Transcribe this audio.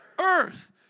Earth